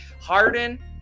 Harden